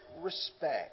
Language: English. respect